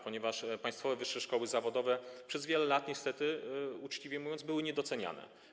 Państwowe wyższe szkoły zawodowe przez wiele lat niestety, uczciwie mówiąc, były niedoceniane.